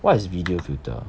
what is video filter